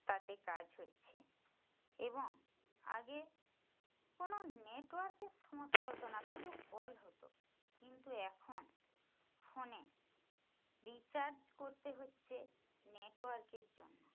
তাতে কাজ হচ্ছে এবং আগে কোনো নেটওয়ার্কের সমস্যা হতো না শুধু কল হতো কিন্তু এখন ফোনে রিচার্জ করতে হচ্ছে নেটওয়ার্কের জন্য